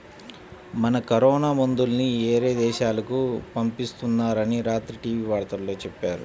మన కరోనా మందుల్ని యేరే దేశాలకు పంపిత్తున్నారని రాత్రి టీవీ వార్తల్లో చెప్పారు